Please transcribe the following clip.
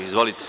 Izvolite.